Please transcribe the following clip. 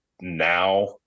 now